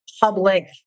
public